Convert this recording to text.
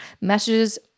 messages